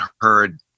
heard